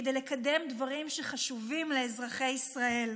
כדי לקדם דברים שחשובים לאזרחי ישראל.